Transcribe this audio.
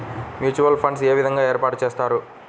Mutual funds ఏ విధంగా ఏర్పాటు చేస్తారు?